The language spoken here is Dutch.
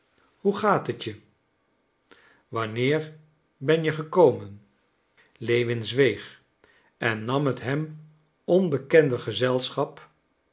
hoe gaat het je wanneer ben je gekomen lewin zweeg en nam het hem onbekende gezelschap